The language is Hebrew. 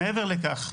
מעבר לכך,